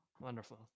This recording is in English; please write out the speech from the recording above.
Wonderful